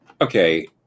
okay